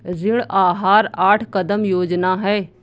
ऋण आहार आठ कदम योजना है